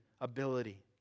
ability